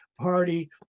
Party